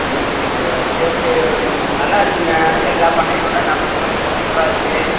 இன்னைக்கு இப்போ ரேட்டு நல்லாயிருக்குங்க எல்லா பண்ணையை விட நம்ம கோழி சூப்பராக இருக்குது